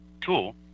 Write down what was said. tool